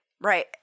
right